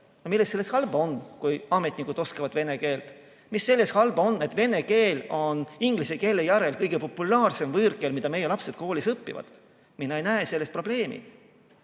Mis selles halba on, kui ametnikud oskavad vene keelt? Mis selles halba on, et vene keel on inglise keele järel kõige populaarsem võõrkeel, mida meie lapsed koolis õpivad? Mina ei näe selles probleemi.